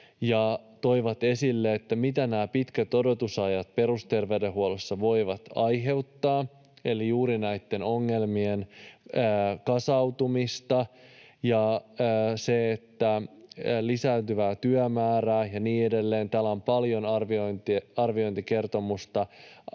ja toivat esille, mitä nämä pitkät odotusajat perusterveydenhuollossa voivat aiheuttaa eli juuri näitten ongelmien kasautumista ja lisääntyvää työmäärää ja niin edelleen — täällä on paljon arviointikertomuksia